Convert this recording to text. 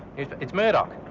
it's murdoch,